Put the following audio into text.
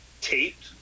taped